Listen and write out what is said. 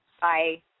Bye